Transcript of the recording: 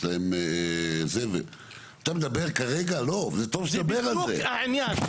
זה בדיוק העניין.